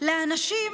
לאנשים